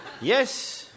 Yes